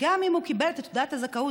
גם אם הוא קיבל את תעודת הזכאות,